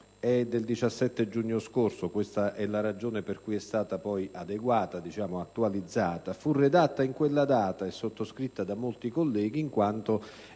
è del 17 giugno scorso: questa è la ragione per cui è stata poi adeguata, diciamo attualizzata. Fu redatta in quella data e sottoscritta da molti colleghi in quanto